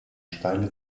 steile